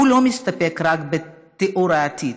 הוא לא מסתפק רק בתיאור העתיד,